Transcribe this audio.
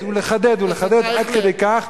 לחדד ולחדד ולחדד עד כדי כך,